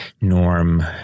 Norm